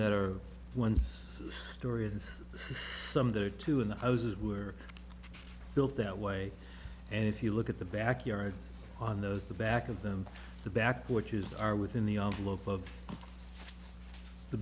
that are one story and some there are two in the houses were built that way and if you look at the back yard on those the back of them the back porches are within the